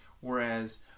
whereas